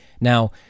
Now